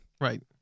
Right